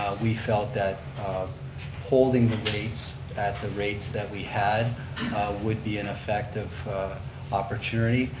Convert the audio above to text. we felt that holding the rates at the rates that we had would be an effective opportunity.